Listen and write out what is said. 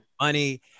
money